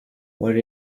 what